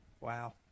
Wow